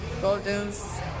Golden's